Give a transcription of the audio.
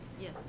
Yes